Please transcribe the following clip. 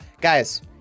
Guys